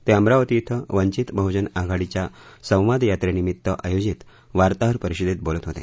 ते अमरावती इथं वंचित बहजन आघाडीच्या संवाद यात्रेनिमित्त आयोजित वार्ताहर परिषदेत बोलत होते